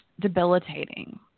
debilitating